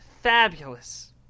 fabulous